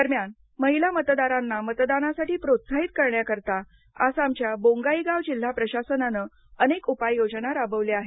दरम्यान महिला मतदारांना मतदानासाठी प्रोत्साहित करण्याकरता आसामच्या बोंगाईगाव जिल्हा प्रशासनानं अनेक उपाय योजना राबवल्या आहेत